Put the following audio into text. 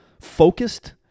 focused